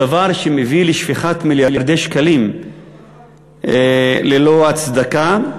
הדבר מביא לשפיכת מיליארדי שקלים ללא הצדקה.